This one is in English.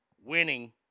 Winning